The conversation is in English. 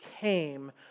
came